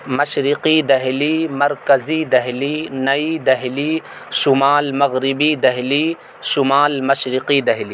مشرقی دہلی مرکزی دہلی نئی دہلی شمال مغربی دہلی شمال مشرقی دہلی